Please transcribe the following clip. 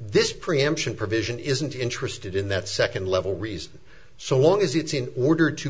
this preemption provision isn't interested in that second level reason so long as it's in order to